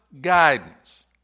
guidance